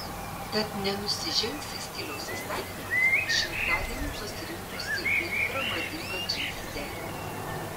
tad nenusižengsi stiliaus įstatymams šimtadieniui pasirinkusi ultra madingą džinsų derinį